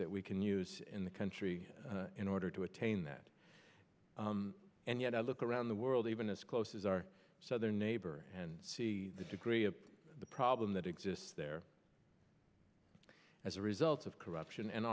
that we can use in the country in order to attain that and yet i look around the world even as close as our southern neighbor and see the degree of the problem that exists there as a result of corruption and